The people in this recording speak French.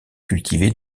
cultivée